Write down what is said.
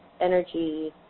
energy